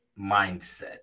mindset